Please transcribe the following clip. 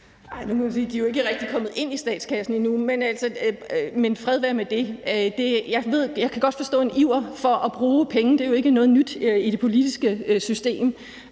Heidi Bank (V): Nej, de er jo ikke rigtig kommet ind i statskassen endnu. Men fred være med det. Jeg kan godt forstå, at der er en iver for at bruge penge. Det er jo ikke noget nyt i det politiske system,